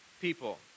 people